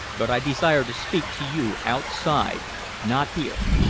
but i desire to speak to you outside not here.